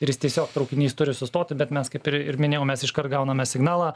ir jis tiesiog traukinys turi sustoti bet mes kaip ir ir minėjau mes iškart gauname signalą